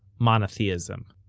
monotheism.